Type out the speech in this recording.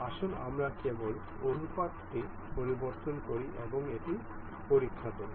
আসুন আমরা কেবল অনুপাতটি পরিবর্তন করি এবং এটি পরীক্ষা করি